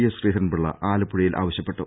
S Sreedharan Pillai ആലപ്പുഴയിൽ ആവശ്യപ്പെട്ടു